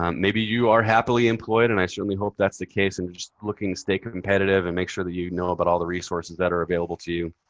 um maybe you are happily employed, and i certainly hope that's the case, and just looking to stay competitive and make sure that you know about all the resources that are available to you.